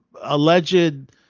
alleged